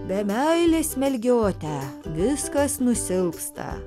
be meilės melgiote viskas nusilpsta